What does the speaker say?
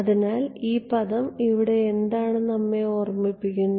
അതിനാൽ ഈ പദം ഇവിടെ എന്താണ് നിങ്ങളെ ഓർമ്മിപ്പിക്കുന്നത്